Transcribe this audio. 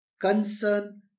concern